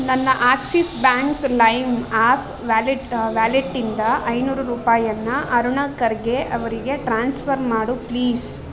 ನನ್ನ Axis bank lime app wallet ವ್ಯಾಲೆಟ್ಟಿಂದ ಐನೂರು ರೂಪಾಯಿಯನ್ನು ಅರುಣಾ ಕರ್ಗೆ ಅವರಿಗೆ ಟ್ರಾನ್ಸ್ಫರ್ ಮಾಡು ಪ್ಲೀಸ್